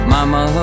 Mama